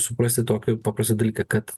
suprasti tokį paprastą dalyką kad